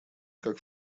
как